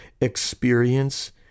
experience